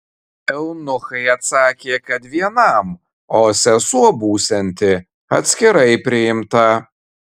eunuchai atsakė kad vienam o sesuo būsianti atskirai priimta